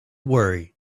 worry